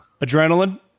Adrenaline